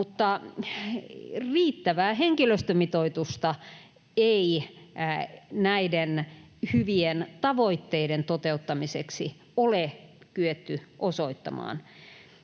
riittävää henkilöstömitoitusta ei näiden hyvien tavoitteiden toteuttamiseksi ole kyetty osoittamaan